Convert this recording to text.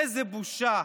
איזו בושה.